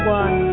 one